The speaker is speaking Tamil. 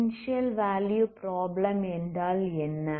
இனிஸியல் வேல்யூ ப்ராப்ளம் என்றால் என்ன